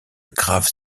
graves